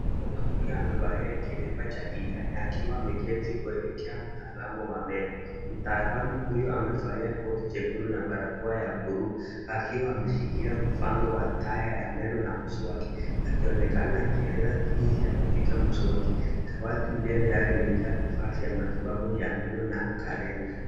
Mwanamke amevalia kilemba cha kijani akiwa ameketi kuelekea mtaalamu wa meno. Mtaalamu huyo amevalia koti jekundu na barakoa ya buluu akiwa ameshikilia mfano wa taya ya meno na mswaki, akionekana akieleza jinsi ya kupiga mswaki. Dawati mbele yake limejaa vifaa vya matibabu ya meno na kalenda.